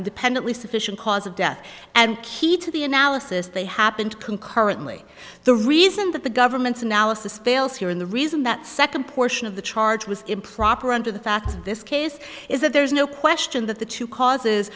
independently sufficient cause of death and keyed to the analysis they happened concurrently the reason that the government's analysis fails here in the reason that second portion of the charge was improper under the facts of this case is that there is no question that the two causes